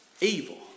evil